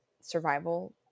survival